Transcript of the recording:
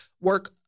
work